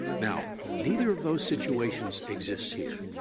now, neither of those situations exists here.